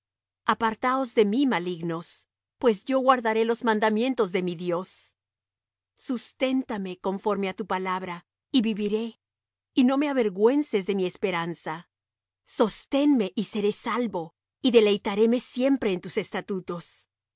apartaos de mí malignos pues yo guardaré los mandamientos de mi dios susténtame conforme á tu palabra y viviré y no me avergüences de mi esperanza sosténme y seré salvo y deleitaréme siempre en tus estatutos